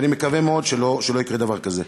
ואני מקווה מאוד שלא יקרה דבר כזה.